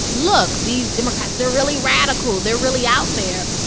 look. these democrats they're really radical. they're really out there.